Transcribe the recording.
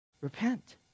Repent